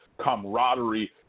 camaraderie